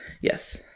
Yes